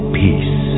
peace